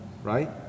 Right